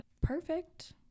perfect